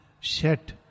set